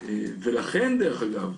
ולכן, דרך אגב,